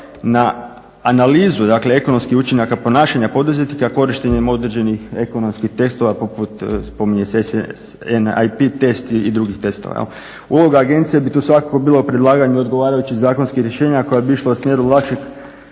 na analizu, dakle ekonomskih učinaka ponašanja poduzetnika korištenjem određenih ekonomskih tekstova poput, spominje se NAP test i drugih testova. Uloga agencije bi tu svakako bilo predlaganje odgovarajućih zakonskih rješenja koja bi išla u smjeru vašeg